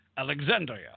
Alexandria